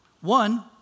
One